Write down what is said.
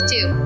Two